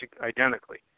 identically